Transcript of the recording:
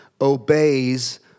obeys